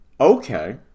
Okay